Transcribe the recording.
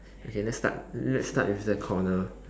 okay let's start let's start with the corner